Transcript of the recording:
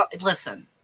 Listen